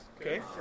Okay